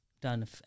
done